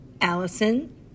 Allison